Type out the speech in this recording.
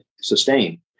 sustain